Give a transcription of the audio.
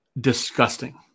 Disgusting